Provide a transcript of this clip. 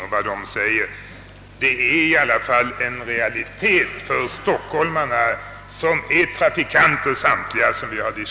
Det vi har diskuterat är i alla fall en realitet för stockholmarna, som är trafikanter allesammans.